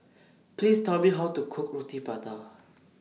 Please Tell Me How to Cook Roti Prata